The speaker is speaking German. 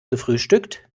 gefrühstückt